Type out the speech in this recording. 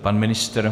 Pan ministr?